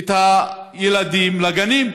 את הילדים לגנים,